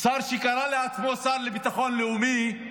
השר שקרא לעצמו שר לביטחון לאומי,